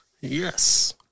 yes